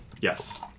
Yes